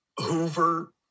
Hoover